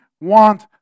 want